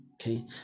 Okay